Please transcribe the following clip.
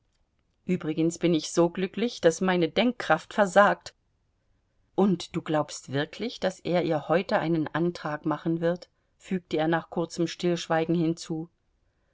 übrigens bin ich so glücklich daß meine denkkraft versagt und du glaubst wirklich daß er ihr heute einen antrag machen wird fügte er nach kurzem stillschweigen hinzu